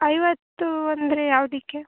ಐವತ್ತು ಅಂದರೆ ಯಾವ್ದಕ್ಕೆ